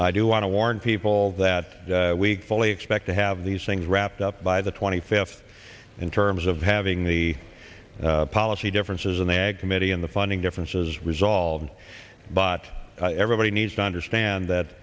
i do want to warn people that we fully expect to have these things wrapped up by the twenty fifth in terms of having the policy differences in the ag committee and the funding differences resolved bot everybody needs to understand